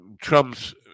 Trump's